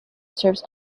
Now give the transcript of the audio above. serves